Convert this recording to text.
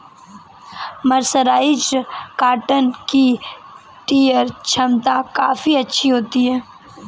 mercerised cotton की tear छमता काफी अच्छी होती है